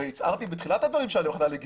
הרי הצהרתי בתחילת הדברים שהמחאה היא לגיטימית.